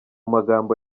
magambo